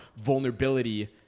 vulnerability